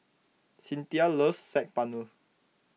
Cynthia loves Saag Paneer